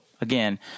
again